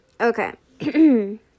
Okay